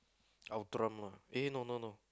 Outram lah eh no no no